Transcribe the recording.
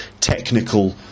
technical